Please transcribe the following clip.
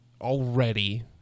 already